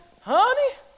honey